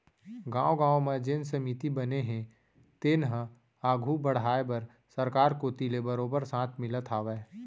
गाँव गाँव म जेन समिति बने हे तेन ल आघू बड़हाय बर सरकार कोती ले बरोबर साथ मिलत हावय